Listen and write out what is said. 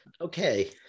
Okay